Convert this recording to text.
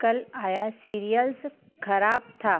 कल आया सीरियल्स खराब था